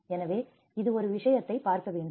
எனவே இது ஒரு விஷயத்தைப் பார்க்க வேண்டும்